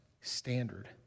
standard